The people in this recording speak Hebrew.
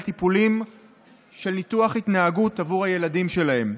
טיפולים של ניתוח התנהגות עבור הילדים שלהם.